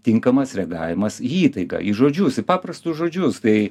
tinkamas reagavimas į įtaigą į žodžius į paprastus žodžius tai